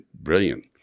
brilliant